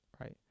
Right